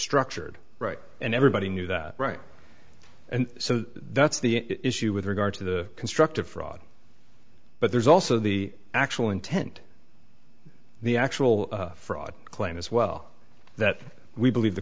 structured right and everybody knew that right and so that's the issue with regard to the construct of fraud but there's also the actual intent the actual fraud claim as well that we believe the